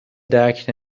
درک